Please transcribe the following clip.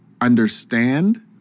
understand